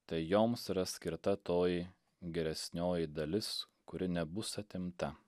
tai joms yra skirta toji geresnioji dalis kuri nebus atimta